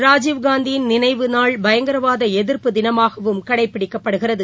ராஜீவ்காந்தியின் நினைவு நாள் பயங்கரவாத எதிர்ப்பு தினமாகவும் கடைபிடிக்கப்படுகிறது